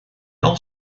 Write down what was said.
old